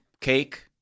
cake